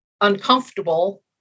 uncomfortable